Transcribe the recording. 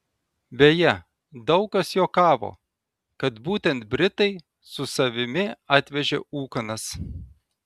beje daug kas juokavo kad būtent britai su savimi atvežė ūkanas